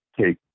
take